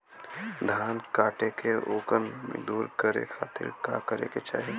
धान कांटेके ओकर नमी दूर करे खाती का करे के चाही?